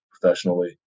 professionally